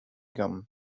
gum